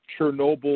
Chernobyl